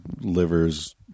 livers